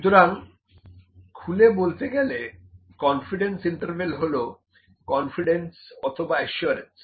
সুতরাং খুলে বলতে গেলে কনফিডেন্স ইন্টারভ্যাল হল কনফিডেন্স অথবা অ্যাসিওরেন্স